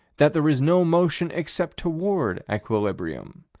that there is no motion except toward equilibrium,